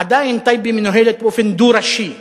עדיין טייבה מנוהלת באופן דו-ראשי,